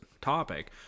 topic